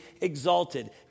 exalted